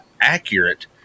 accurate